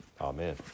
Amen